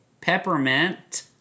Peppermint